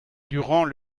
durant